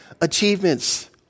achievements